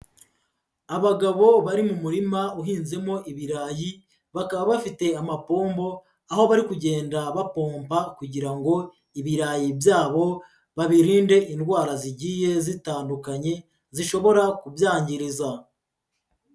Abagabo bari mu murima uhinzemo ibirayi bakaba bafite amapombo, aho bari kugenda bapomba kugira ngo ibirayi byabo babirinde indwara zigiye zitandukanye zishobora kubyangiriza.